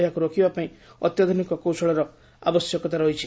ଏହାକୁ ରୋକିବାପାଇଁ ଅତ୍ୟାଧୁନିକ କୌଶଳର ଆବଶ୍ୟକତା ରହିଛି